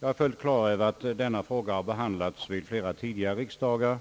Jag är fullt på det klara med att denna fråga har behandlats vid flera tidigare riksdagar,